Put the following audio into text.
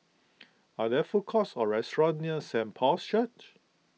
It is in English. are there food courts or restaurants near Saint Paul's Church